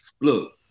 Look